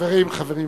חברים,